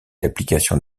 d’application